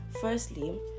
Firstly